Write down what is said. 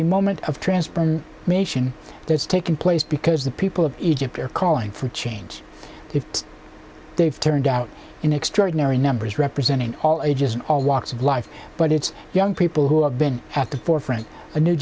a moment of transparent mation that's taking place because the people of egypt are calling for change if they've turned out in extraordinary numbers representing all ages and all walks of life but it's young people who have been at the forefront a new